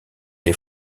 les